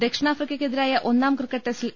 ദക്ഷിണാഫ്രിക്കക്കെതിരായ ഒന്നാം ക്രിക്കറ്റ് ടെസ്റ്റിൽ